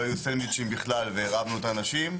היו סנדביצ'ים בכלל והרעבנו את האנשים.